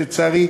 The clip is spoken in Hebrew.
לצערי,